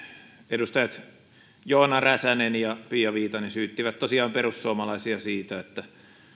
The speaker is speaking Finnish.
edustajat joona räsänen ja pia viitanen syyttivät tosiaan perussuomalaisia siitä että